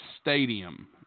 Stadium